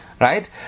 Right